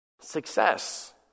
Success